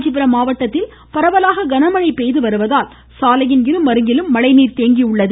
காஞ்சிபுரம் மாவட்டத்தில் பரவலாக கனமழை பெய்து வருவதால் சாலையின் இருமருங்கிலும் மழைநீர் தேங்கியுள்ளது